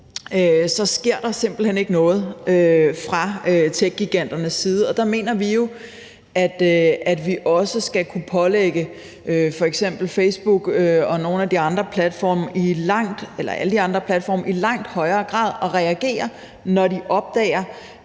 så sker der simpelt hen ikke noget fra techgiganternes side. Og der mener vi, at vi også i langt højere grad skal kunne pålægge f.eks. Facebook og alle de andre platforme at reagere, når de opdager,